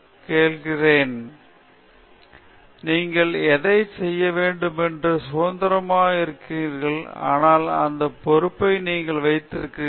எனவே நீங்கள் எதைச் செய்ய வேண்டுமென்றாலும் சுதந்திரமாக இருக்கின்றீர்கள் ஆனால் அந்த பொறுப்பை நீங்கள் வைத்திருக்கிறீர்கள்